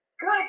Good